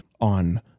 on